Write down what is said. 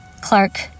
Clark